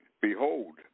behold